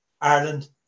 Ireland